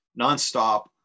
nonstop